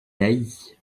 dailly